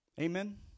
Amen